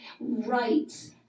rights